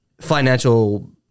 financial